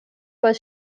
was